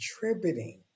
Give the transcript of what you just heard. contributing